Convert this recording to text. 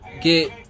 Get